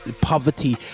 poverty